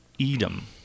Edom